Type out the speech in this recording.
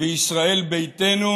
וישראל ביתנו,